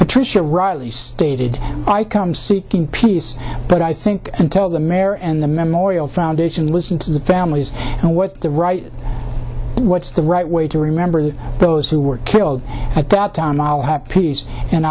patricia riley stated i come seeking peace but i think until the mayor and the memorial foundation listen to the families and what the right what's the right way to remember those who were killed at that time all have peace and